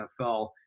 NFL